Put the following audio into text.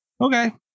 Okay